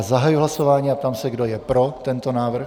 Zahajuji hlasování a ptám se, kdo je pro tento návrh.